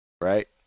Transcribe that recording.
right